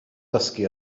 dysgu